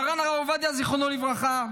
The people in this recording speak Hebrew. מרן הרב עובדיה, זיכרונו לברכה,